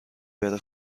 بره